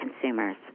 consumers